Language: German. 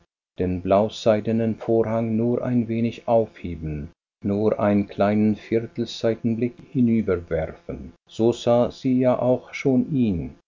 den blauseidenen vorhang nur ein wenig aufheben nur einen kleinen viertelsseitenblick hinüberwerfen so sah sie ja auch schon ihn